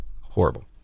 Horrible